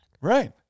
Right